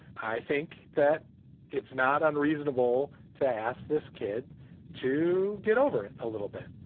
i think that it's not unreasonable to ask this kid to get over it a little bit.